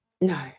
No